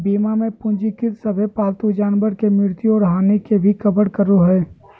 बीमा में पंजीकृत सभे पालतू जानवर के मृत्यु और हानि के भी कवर करो हइ